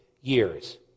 years